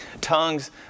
Tongues